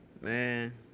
Man